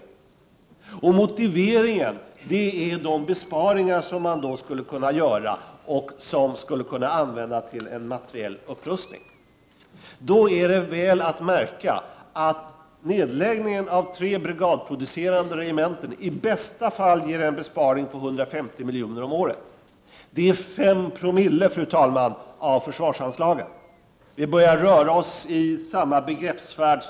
Detta motiveras med de besparingar som skulle kunna göras och som skulle kunna ge pengar till en upprustning på materielsidan. Men märk väl att en nedläggning av tre brigadproducerande regementen i bästa fall inne — Prot. 1989/90:46 bär en besparing om 150 milj.kr. om året. Det motsvarar, fru talman, 5 Ze — 14 december 1989 av försvarsanslaget. Jag tycker att vi börjar närma oss de begrepp som gäller.